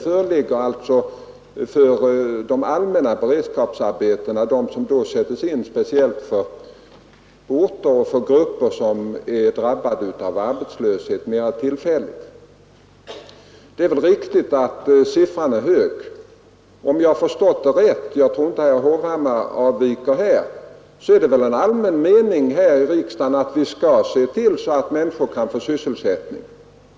För de allmänna beredskapsarbetena, som sätts in speciellt för orter och för grupper som mera tillfälligt är drabbade av arbetslöshet, föreligger däremot en elasticitet. Det är väl riktigt att antalet beredskapsarbeten är högt. Såvitt jag förstår — och jag tror inte att herr Hovhammars uppfattning är avvikande på denna punkt — är det en allmän mening här i riksdagen att vi skall se till att människor kan få sysselsättning.